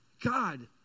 God